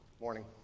Morning